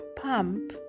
Pump